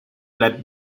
live